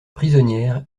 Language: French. prisonnière